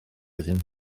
iddyn